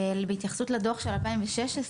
בהתייחסות לדוח של 2016,